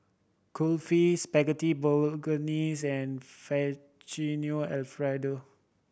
Kulfi Spaghetti Bolognese and Alfredo